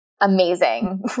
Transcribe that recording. amazing